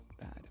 bad